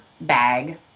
bag